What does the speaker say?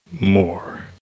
more